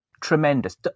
tremendous